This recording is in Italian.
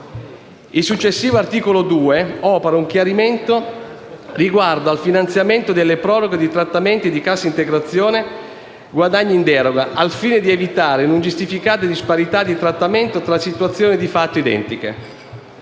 Il successivo articolo 2 opera un chiarimento riguardo al finanziamento delle proroghe di trattamenti di cassa integrazione guadagni in deroga, al fine di evitare un'ingiustificata disparità di trattamento tra situazioni di fatto identiche.